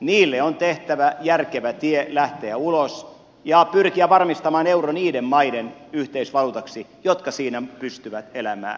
niille on tehtävä järkevä tie lähteä ulos ja pyrittävä varmistamaan euro niiden maiden yhteisvaluutaksi jotka siinä pystyvät elämään